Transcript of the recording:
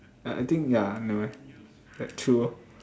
ya I think ya never mind like true lor